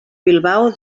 bilbao